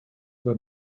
were